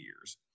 years